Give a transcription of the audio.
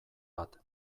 bat